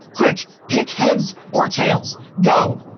quick, pick heads or tails! go!